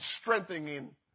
strengthening